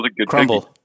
Crumble